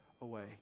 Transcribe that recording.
away